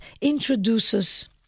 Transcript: introduces